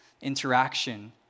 interaction